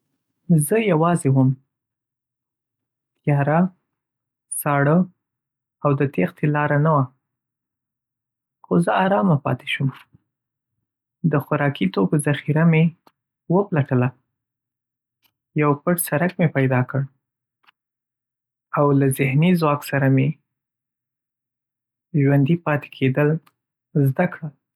زه یوازې وم، تیاره، ساړه، او د تېښتې لاره نه وه. خو زه ارامه پاتې شوم، د خوراکي توکو ذخیره مې وپلټله، یو پټ سرک مې پیدا کړ، او له ذهني ځواک سره مې ژوندی پاتې کېدل زده کړل.